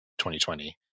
2020